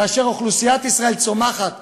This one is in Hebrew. כאשר אוכלוסיית ישראל צומחת ב-1.8%,